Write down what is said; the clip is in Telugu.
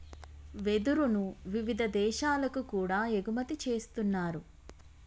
వెదురును వివిధ దేశాలకు కూడా ఎగుమతి చేస్తున్నారు